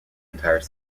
entire